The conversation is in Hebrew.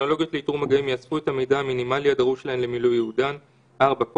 בסעיף 5 יש להוסיף סעיף קטן (ה): "(ה) רשימת